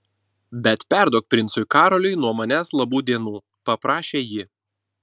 bet perduok princui karoliui nuo manęs labų dienų paprašė ji